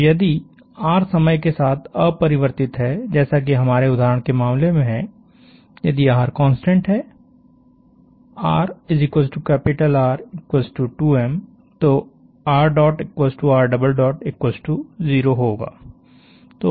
तो यदि r समय के साथ अपरिवर्तित है जैसा कि हमारे उदाहरण के मामले में है यदि r कांस्टेंट है rR 2 m तो होगा